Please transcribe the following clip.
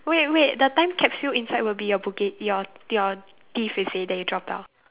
wait wait the time capsule inside would be your bo geh your your teeth is it that you dropped out